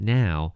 now